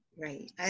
Right